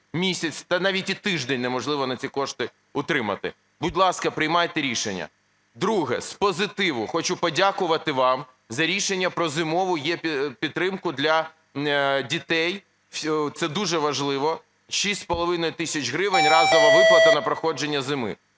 місяць, та навіть і тиждень неможливо на ці кошти утримати. Будь ласка, приймайте рішення. Друге. З позитиву. Хочу подякувати вам за рішення про "Зимову єПідтримку" для дітей, це дуже важливо, 6,5 тисяч гривень – разова виплата на проходження зими.